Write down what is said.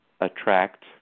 attract